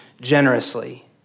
generously